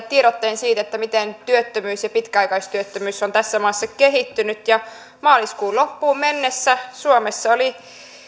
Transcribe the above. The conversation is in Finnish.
tiedotteensa siitä miten työttömyys ja pitkäaikaistyöttömyys ovat tässä maassa kehittyneet maaliskuun loppuun mennessä suomessa oli